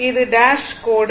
இது டேஷ் கோடு